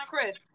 Chris